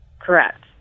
Correct